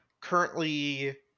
currently